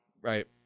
Right